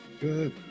good